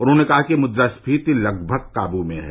उन्होंने कहा कि मुद्रास्कीति लगभग काव में है